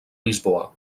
lisboa